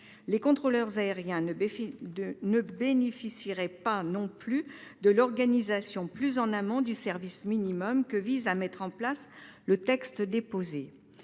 les contrôleurs aériens ne bénéficieraient pas non plus de l'organisation plus en amont du service minimum que vise à mettre en place le texte que